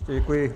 Děkuji.